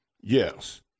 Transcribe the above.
Yes